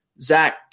Zach